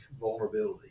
vulnerability